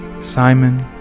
Simon